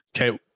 Okay